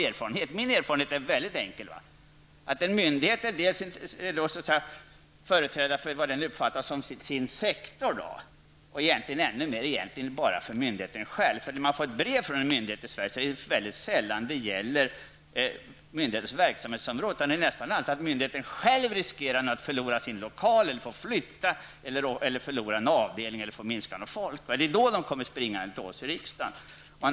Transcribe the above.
Min erfarenhet är väldigt enkel: En myndighet är företrädare för vad den uppfattar som sin sektor men egentligen ännu mer för myndigheten själv -- när man som riksdagsman får ett brev från en myndighet i Sverige är det sällan det gäller myndighetens verksamhetsområde, utan det gäller nästan alltid att myndigheten själv riskerar att förlora sin lokal, få flytta, förlora en avdelning eller drabbas av en minskning av folk. Det är då de kommer springande till oss i riksdagen.